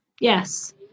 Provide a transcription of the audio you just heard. Yes